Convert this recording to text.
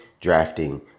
drafting